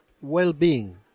well-being